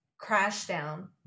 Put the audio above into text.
Crashdown